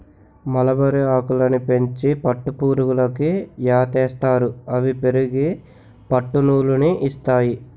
మలబరిఆకులని పెంచి పట్టుపురుగులకి మేతయేస్తారు అవి పెరిగి పట్టునూలు ని ఇస్తాయి